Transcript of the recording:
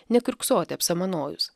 nekiurksoti apsamanojus